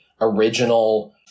original